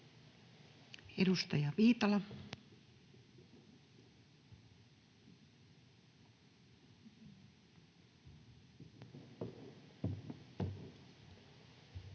Edustaja Viitala. [Speech